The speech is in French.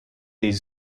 des